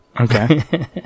Okay